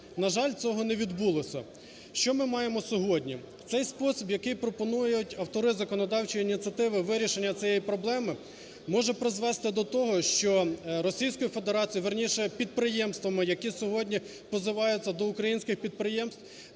На жаль, цього не відбулося. Що ми маємо сьогодні? Цей спосіб, який пропонують автори законодавчої ініціативи, вирішення цієї проблеми може призвести до того, що Російською Федерацією, вірніше, підприємствами, які сьогодні позиваються до українських підприємств,